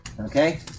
Okay